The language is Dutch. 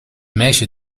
meisje